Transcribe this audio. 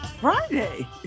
Friday